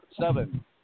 seven